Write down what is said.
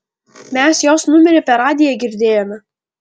mes jos numerį per radiją girdėjome